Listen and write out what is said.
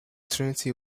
trinity